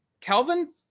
Calvin